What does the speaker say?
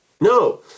no